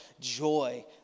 joy